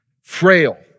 frail